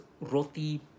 roti